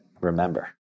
remember